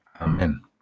Amen